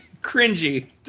Cringy